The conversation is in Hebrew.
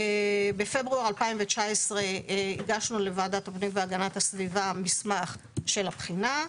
בפברואר 2019 הגשנו לוועדת הפנים והגנת הסביבה מסמך של הבחינה.